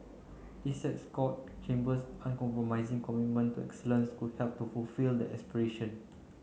Essex Court Chambers uncompromising commitment to excellence could help to fulfil that aspiration